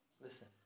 Listen